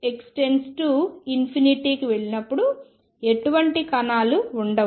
మనం x→ ∞కి వెళ్ళినప్పుడు ఎటువంటి కణాలు ఉండవు